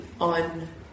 on